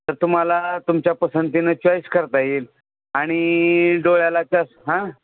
तर तुम्हाला तुमच्या पसंतीनं चॉईस करता येईल आणि डोळ्यालाच्या हां